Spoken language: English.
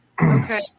Okay